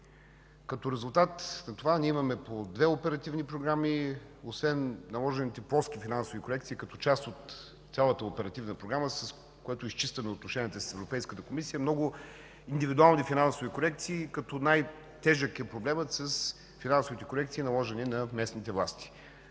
Като резултат на това имаме по две оперативни програми, освен наложените плоски финансови корекции като част от цялата оперативна програма, с което изчистваме отношенията си с Европейската комисия, много индивидуални финансови корекции. Като най-тежък е проблемът с финансовите корекции, наложени на местните власти.